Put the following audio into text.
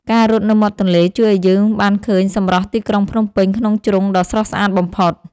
ការរត់នៅមាត់ទន្លេជួយឱ្យយើងបានឃើញសម្រស់ទីក្រុងភ្នំពេញក្នុងជ្រុងដ៏ស្រស់ស្អាតបំផុត។